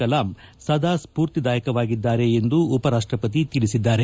ಕಲಾಂ ಸದಾ ಸ್ಪೂರ್ತಿದಾಯಕವಾಗಿದ್ದಾರೆ ಎಂದು ಉಪರಾಷ್ಷಪತಿ ತಿಳಿಸಿದ್ದಾರೆ